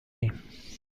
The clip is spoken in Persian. ایم